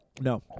No